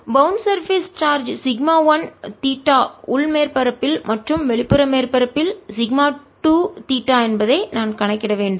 bound surface பிணைக்கப்பட்ட மேற்பரப்பு charge σ 1 theta உள் மேற்பரப்பில் மற்றும் வெளிப்புற மேற்பரப்பில் σ 2 தீட்டா என்பதை நான் கணக்கிட வேண்டும்